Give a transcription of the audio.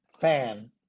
fan